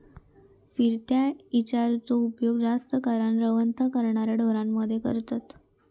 फिरत्या चराइचो उपयोग जास्त करान रवंथ करणाऱ्या ढोरांमध्ये करतत